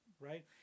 right